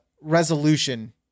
resolution